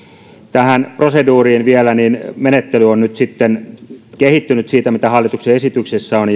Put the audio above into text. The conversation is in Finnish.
tähän proseduuriin vielä menettely on nyt sitten kehittynyt siitä mitä hallituksen esityksessä on